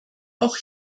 auch